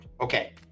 Okay